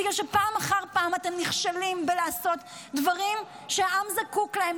בגלל שפעם אחר פעם אתם נכשלים בלעשות דברים שהעם זקוק להם,